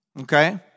okay